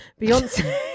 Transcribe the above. Beyonce